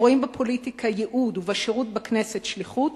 רואים בפוליטיקה ייעוד ובשירות בכנסת שליחות,